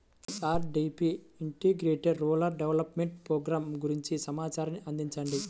IRDP integrated rural development program గురించి సమాచారాన్ని అందించండి?